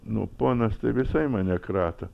nu ponas tai visai mane krato